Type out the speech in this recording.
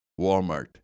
Walmart